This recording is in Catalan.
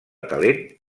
talent